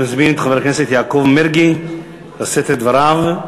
אני מזמין את חבר הכנסת יעקב מרגי לשאת את דבריו.